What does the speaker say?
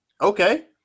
Okay